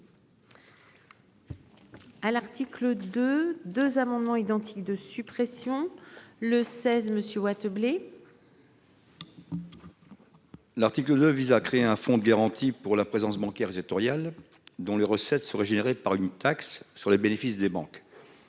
À l'article de deux amendements identiques de suppression le 16 monsieur What blé. L'article 2 vise à créer un fonds de garantie pour la présence bancaire éditorial dont les recettes seraient générés par une taxe sur les bénéfices des banques.